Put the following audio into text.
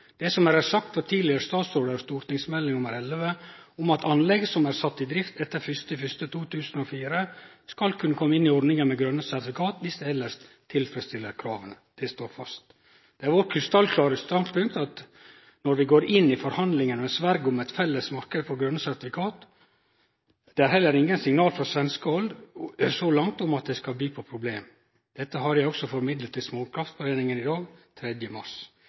det helt med ro. Det som er sagt fra tidligere statsråder og i stortingsmelding nr. 11 om at anlegg satt i drift etter 1.1.2004 skal kunne komme inn i ordningen med grønne sertifikat hvis de ellers tilfredsstiller kravene, står fast. Det er vårt krystallklare standpunkt når vi går inn i forhandlinger med Sverige om et felles marked for grønne sertifikat. Det er heller ingen signaler fra svensk hold så langt om at det skal by på problemer. Dette har jeg også formidlet til Småkraftforeningen i dag, 3. mars.